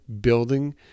building